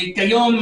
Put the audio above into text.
כיום,